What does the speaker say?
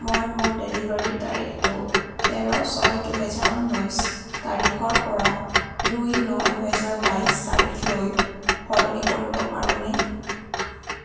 মই মোৰ ডেলিভাৰীৰ তাৰিখটো তেৰ ছয় দুহাজাৰ ঊনৈছ তাৰিখৰ পৰা দুই ন দুহাজাৰ বাইছ তাৰিখলৈ সলনি কৰিব পাৰোঁনে